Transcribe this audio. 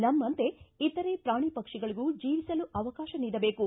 ನಮ್ಮಂತೆ ಇತರೆ ಪ್ರಾಣಿ ಪಕ್ಷಿಗಳಿಗೂ ಜೀವಿಸಲು ಅವಕಾಶ ನೀಡಬೇಕು